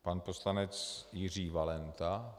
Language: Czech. Pan poslanec Jiří Valenta.